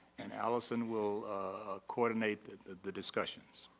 and allison will coordinate the the discussions.